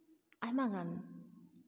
ᱟᱭᱢᱟᱜᱟᱱ